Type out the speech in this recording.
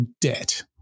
debt